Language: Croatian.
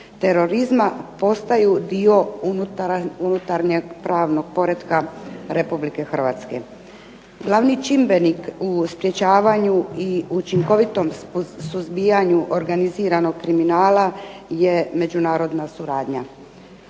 terorizma postaju dio unutarnjeg pravnog poretka Republike Hrvatske. Glavni čimbenik u sprječavanju i učinkovitom suzbijanju organiziranog kriminala je međunarodna suradnja.